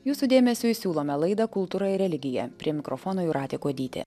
jūsų dėmesiui siūlome laidą kultūra ir religija prie mikrofono jūratė kuodytė